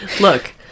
Look